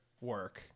work